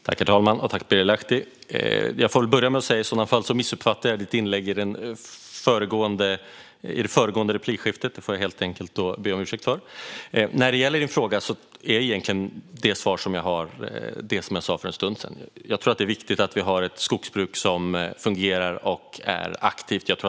Herr talman! I så fall missuppfattade jag ditt inlägg, Birger Lahti, i det föregående replikskiftet. Jag ber om ursäkt för det. När det gäller din fråga är svaret egentligen det som jag sa för en stund sedan: Det är viktigt att vi har ett skogsbruk som fungerar och är aktivt.